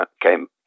came